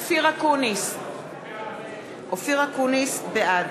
(קוראת בשמות חברי הכנסת) אופיר אקוניס, בעד